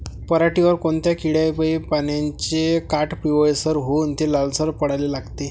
पऱ्हाटीवर कोनत्या किड्यापाई पानाचे काठं पिवळसर होऊन ते लालसर पडाले लागते?